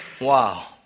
Wow